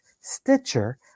Stitcher